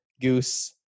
goose